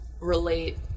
relate